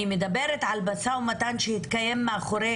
אני מדברת על משא ומתן שהתקיים מאחורי